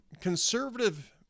conservative